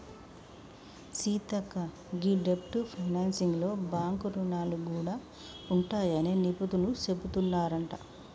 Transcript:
సీతక్క గీ డెబ్ట్ ఫైనాన్సింగ్ లో బాంక్ రుణాలు గూడా ఉంటాయని నిపుణులు సెబుతున్నారంట